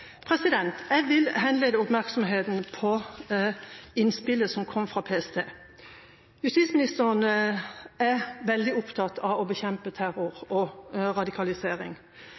Jeg vil henlede oppmerksomheten på innspillet som kom fra PST. Justisministeren er veldig opptatt av å bekjempe terror og radikalisering.